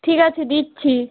ঠিক আছে দিচ্ছি